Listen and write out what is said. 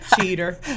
Cheater